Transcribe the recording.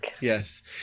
Yes